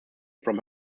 from